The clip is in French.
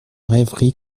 rêverie